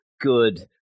good